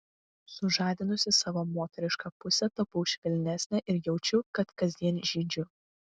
sužadinusi savo moterišką pusę tapau švelnesnė ir jaučiu kad kasdien žydžiu